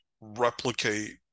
replicate